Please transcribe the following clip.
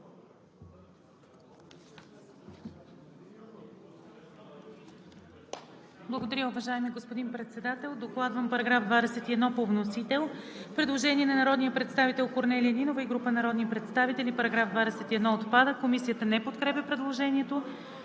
Благодаря Ви, уважаеми господин Председател. По § 21 по вносител има предложение на народния представител Корнелия Нинова и група народни представители: „Параграф 21 – отпада.“ Комисията не подкрепя предложението.